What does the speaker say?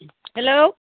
hello